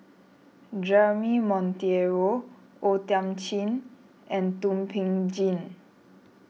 Jeremy Monteiro O Thiam Chin and Thum Ping Tjin